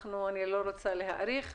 אני לא רוצה להאריך.